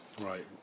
Right